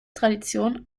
tradition